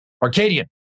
Arcadian